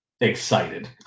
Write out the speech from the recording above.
excited